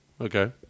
Okay